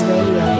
Radio